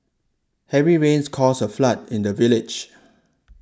heavy rains caused a flood in the village